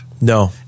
No